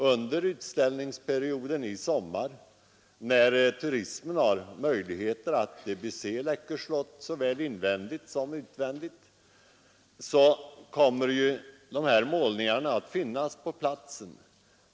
Under utställningsperioden i sommar, när turisterna har möjlighet att bese Läckö slott såväl invändigt som utvändigt, kommer ju de här målningarna att finnas på platsen.